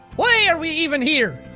why are we even here?